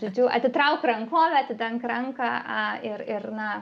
tai tu atitrauk rankovę atidenk ranką ir ir na